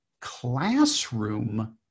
Classroom